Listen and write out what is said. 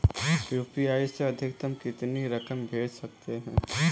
UPI से अधिकतम कितनी रकम भेज सकते हैं?